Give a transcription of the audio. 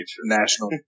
national